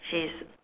she's